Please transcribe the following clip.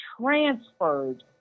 transferred